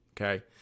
okay